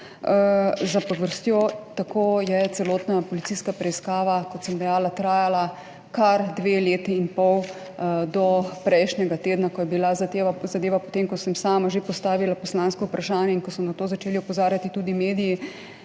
rok, tako je celotna policijska preiskava, kot sem dejala, trajala kar dve leti in pol, do prejšnjega tedna, ko je bila zadeva, potem ko sem sama že postavila poslansko vprašanje in ko so na to začeli opozarjati tudi mediji,